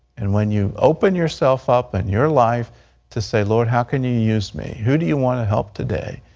and when you open yourself up and your life to say, lord, how can you use me, who do you want to help today?